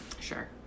Sure